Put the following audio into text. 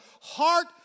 heart